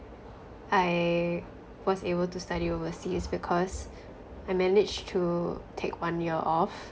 I was able to study overseas because I managed to take one year off